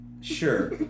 Sure